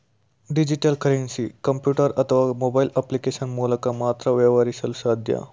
digital currency computer ಅಥವಾ mobile application ಮೂಲಕ ಮಾತ್ರ ವ್ಯವಹರಿಸಲು ಸಾಧ್ಯ